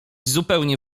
zupełnie